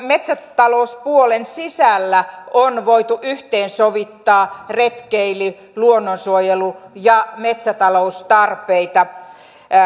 metsätalouspuolen sisällä on voitu yhteensovittaa retkeily luonnonsuojelu ja metsätaloustarpeita